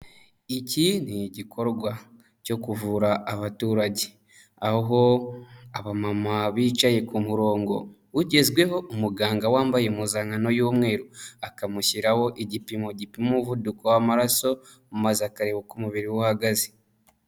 Iki ni igikorwa cyo kuvura abaturage, aho abamama bicaye ku murongo ugezweho umuganga wambaye impuzankano y'umweru akamushyiraho igipimo gipima umuvuduko w'amaraso maze akareba uko umubiri uhagaze.